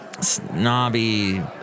snobby